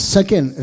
Second